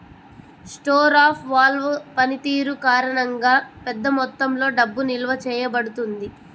store of value పనితీరు కారణంగా, పెద్ద మొత్తంలో డబ్బు నిల్వ చేయబడుతుంది